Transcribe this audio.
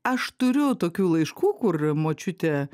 aš turiu tokių laiškų kur močiutė